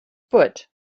foot